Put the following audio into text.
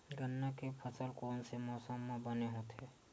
गन्ना के फसल कोन से मौसम म बने होथे?